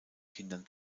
kindern